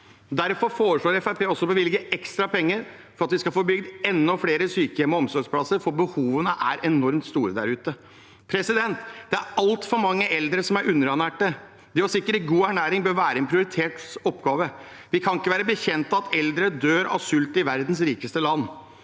Fremskrittspartiet også å bevilge ekstra penger for at vi skal få bygd enda flere syke hjem- og omsorgsplasser, for behovene er enormt store der ute. Det er altfor mange eldre som er underernærte. Det å sikre god ernæring bør være en prioritert oppgave. Vi kan ikke være bekjent av at eldre dør av sult i verdens rikeste land.